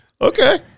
Okay